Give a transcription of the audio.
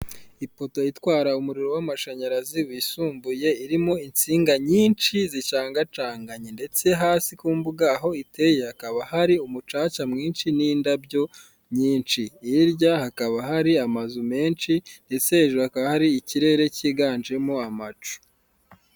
Urujya ni uruza rw'abantu bari kwamamaza umukandida mu matora y'umukuru w'igihugu bakaba barimo abagabo ndetse n'abagore, bakaba biganjemo abantu bambaye imyenda y'ibara ry'icyatsi, bari mu ma tente arimo amabara y'umweru, icyatsi n'umuhondo, bamwe bakaba bafite ibyapa biriho ifoto y'umugabo wambaye kositime byanditseho ngo tora, bakaba bacyikijwe n'ibiti byinshi ku musozi.